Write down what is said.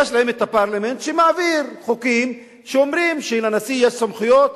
יש להם הפרלמנט שמעביר חוקים שאומרים שלנשיא יש סמכויות,